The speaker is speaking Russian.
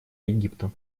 египта